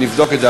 נבדוק את זה,